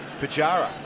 Pajara